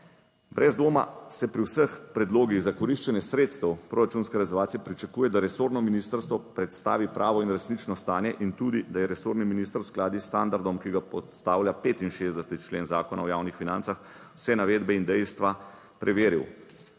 Brez dvoma se pri vseh predlogih za koriščenje sredstev proračunske rezervacije pričakuje, da resorno ministrstvo predstavi pravo in resnično stanje in tudi, da je resorni minister v skladu s standardom, ki ga postavlja 65. člen Zakona o javnih financah, vse navedbe in dejstva preveril.